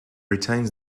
retains